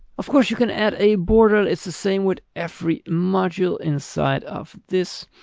of course you can add a border, it's the same with every module inside of this.